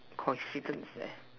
coincidence eh